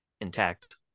intact